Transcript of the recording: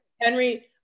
Henry